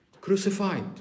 crucified